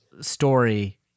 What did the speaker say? story